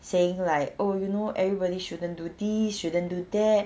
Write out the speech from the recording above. saying like oh you know everybody shouldn't do this shouldn't do that